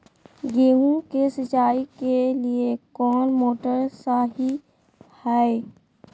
गेंहू के सिंचाई के लिए कौन मोटर शाही हाय?